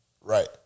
Right